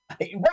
Right